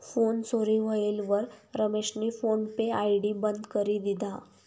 phone चोरी व्हयेलवर रमेशनी फोन पे आय.डी बंद करी दिधा